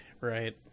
Right